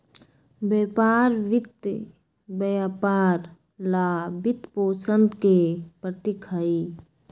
व्यापार वित्त व्यापार ला वित्तपोषण के प्रतीक हई,